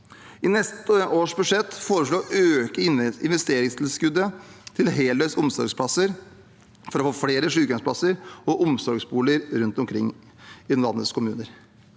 I neste års budsjett foreslår vi å øke investeringstilskuddet til heldøgns omsorgsplasser for å få flere sykehjemsplasser og omsorgsboliger rundt omkring i landets kommuner.